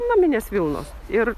naminės vilnos ir